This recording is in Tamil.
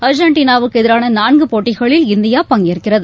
அர்ஜென்டினாவுக்கு எதிரான நான்கு போட்டிகளில் இந்தியா பங்கேற்கிறது